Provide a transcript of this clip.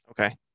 Okay